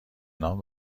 نام